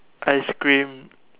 ice cream